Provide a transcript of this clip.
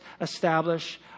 establish